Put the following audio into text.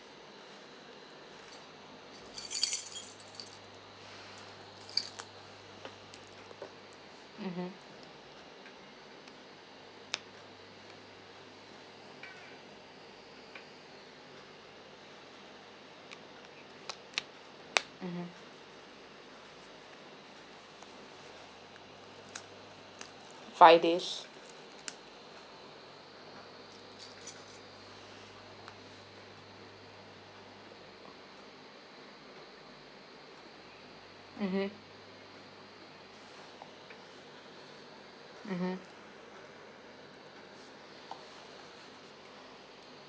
mmhmm mmhmm five days mmhmm mmhmm